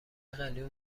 قلیون